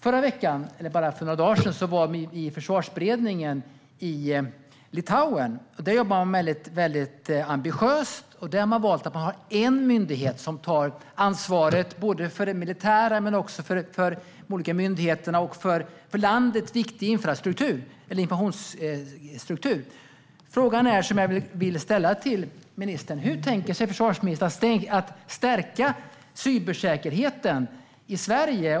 För bara några dagar sedan var vi i Försvarsberedningen i Litauen. Där jobbar man väldigt ambitiöst och har valt att ha en enda myndighet som tar ansvaret såväl för det militära som för olika myndigheter och för informationsstruktur som är viktig landet. Den fråga som jag vill ställa till ministern är: Hur tänker sig försvarsministern att stärka cybersäkerheten i Sverige?